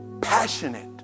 passionate